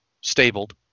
stabled